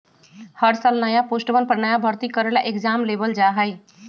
हर साल नया पोस्टवन पर नया भर्ती करे ला एग्जाम लेबल जा हई